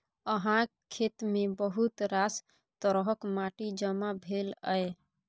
अहाँक खेतमे बहुत रास तरहक माटि जमा भेल यै